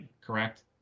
correct